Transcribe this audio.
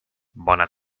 bona